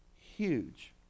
Huge